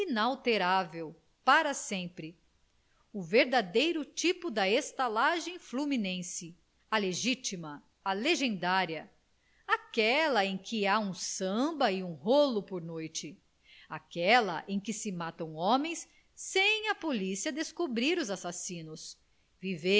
inalterável para sempre o verdadeiro tipo da estalagem fluminense a legitima a legendária aquela em que há um samba e um rolo por noite aquela em que se matam homens sem a polícia descobrir os assassinos